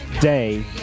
day